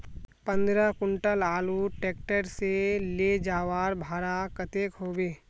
पंद्रह कुंटल आलूर ट्रैक्टर से ले जवार भाड़ा कतेक होबे?